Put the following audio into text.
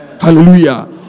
Hallelujah